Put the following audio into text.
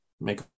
make